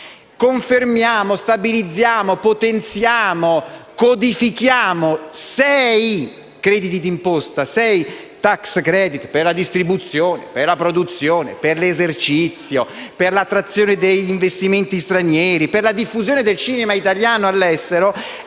confermiamo, stabilizziamo, potenziamo, codifichiamo sei crediti d’imposta, sei tax credit per la distribuzione, per la produzione, per l’esercizio, per l’attrazione degli investimenti stranieri, per la diffusione del cinema italiano all’estero»,